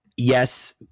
Yes